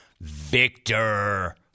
Victor